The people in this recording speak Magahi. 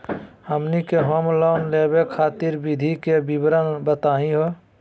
हमनी के होम लोन लेवे खातीर विधि के विवरण बताही हो?